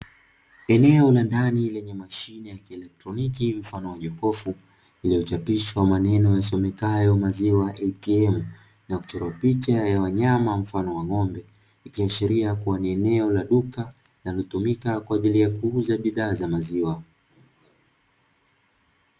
Eneo la ndani lenye mashine ya kielektroniki mfano wa jokofu iliyochapishwa maneno yasomekayo ''maziwa ATM'' na kuchorwa picha ya wanyama mfano wa ng'ombe ikiashiria kuwa ni eneo la duka linalotumika kwa ajili ya kuuza bidhaa za maziwa.